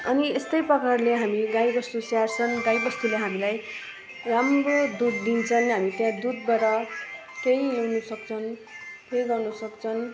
अनि यस्तै प्रकारले हामी गाईवस्तु स्याहार्छन् गाईवस्तुले हामीलाई राम्रो दुध दिन्छन् हामी त्यहाँ दुधबाट केही ल्याउनु सक्छन् जे गर्न सक्छन्